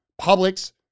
Publix